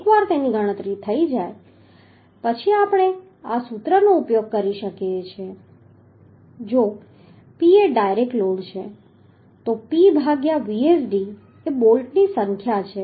એકવાર તેની ગણતરી થઈ જાય પછી આપણે આ સૂત્રનો ઉપયોગ કરી શકીએ છીએ જો P એ ડાયરેક્ટ લોડ છે તો P ભાગ્યા Vsd એ બોલ્ટની સંખ્યા છે